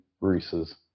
Reese's